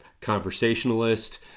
conversationalist